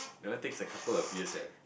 that one takes a couple of year leh